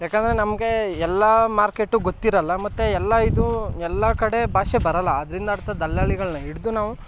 ಯಾಕೆಂದರೆ ನಮಗೆ ಎಲ್ಲ ಮಾರ್ಕೆಟು ಗೊತ್ತಿರೋಲ್ಲ ಮತ್ತು ಎಲ್ಲ ಇದು ಎಲ್ಲ ಕಡೆ ಭಾಷೆ ಬರೋಲ್ಲ ಅದರಿಂದರ್ಥ ದಲ್ಲಾಳಿಗಳನ್ನ ಹಿಡ್ದು ನಾವು